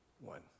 one